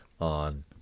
on